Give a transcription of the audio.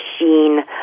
machine